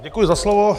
Děkuji za slovo.